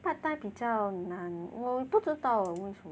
part time 比较难我不知道为什么